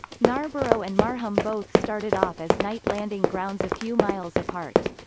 narborough and marham both started off as night landing grounds a few miles apart.